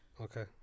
Okay